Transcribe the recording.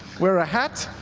wear a hat,